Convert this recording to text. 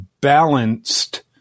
balanced